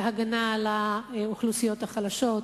בהגנה על האוכלוסיות החלשות,